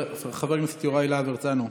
חבר הכנסת יוראי להב הרצנו,